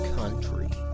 country